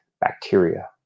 bacteria